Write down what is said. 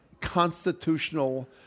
constitutional